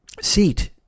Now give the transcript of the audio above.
Seat